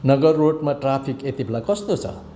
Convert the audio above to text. नगर रोडमा ट्राफिक यतिबेला कस्तो छ